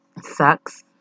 sucks